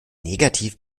negativ